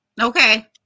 Okay